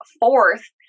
fourth